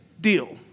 deal